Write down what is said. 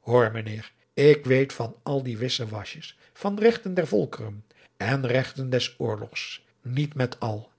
hoor mijnheer ik weet van al die wissewasjes van regten der volkeren en regten des oorlogs niet met al